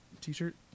t-shirt